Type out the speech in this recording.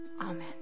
Amen